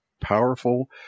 powerful